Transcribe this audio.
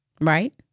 Right